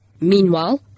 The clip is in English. Meanwhile